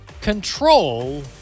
control